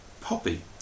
Poppy